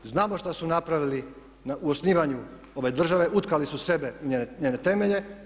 Znamo što su napravili u osnivanju ove države, utkali su sebe u njene temelje.